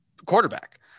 quarterback